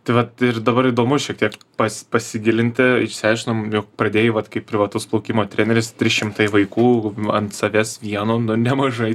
tai vat ir dabar įdomu šiek tiek pas pasigilinti išsiaiškinom jog pradėjai vat kaip privatus plaukimo treneris trys šimtai vaikų ant savęs vieno nu nemažai